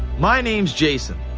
my name's jason,